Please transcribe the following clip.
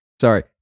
Sorry